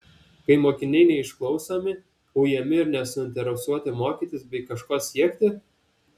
kai mokiniai neišklausomi ujami ir nesuinteresuoti mokytis bei kažko siekti